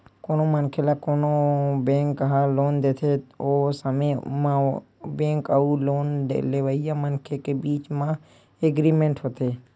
कोनो मनखे ल कोनो बेंक ह लोन देथे ओ समे म बेंक अउ लोन लेवइया मनखे के बीच म एग्रीमेंट होथे